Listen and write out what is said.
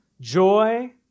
Joy